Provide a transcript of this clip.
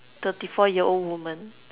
thirty four year old woman